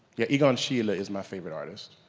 yeah, egon schiele ah is my favorite artist,